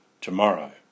tomorrow